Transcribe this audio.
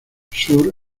sur